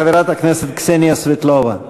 חברת הכנסת קסניה סבטלובה.